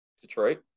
Detroit